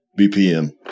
BPM